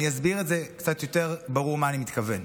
אני אסביר קצת יותר ברור למה אני מתכוון: